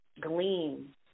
gleam